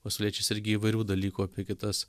pasauliečiais irgi įvairių dalykų apie kitas